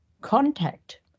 contact